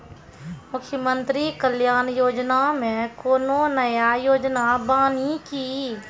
मुख्यमंत्री कल्याण योजना मे कोनो नया योजना बानी की?